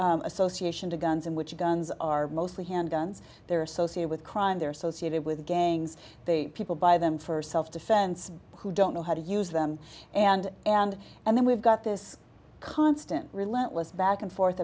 association to guns in which guns are mostly handguns there associate with crime their associated with gangs they people buy them for self defense who don't know how to use them and and and then we've got this constant relentless back and forth